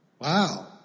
wow